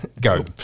go